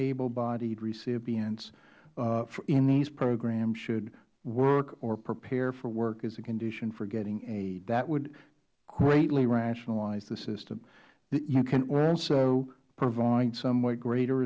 able bodied recipients in these programs should work or prepare for work as a condition for getting aid that would greatly rationalize the system you can also provide somewhat greater